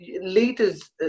leaders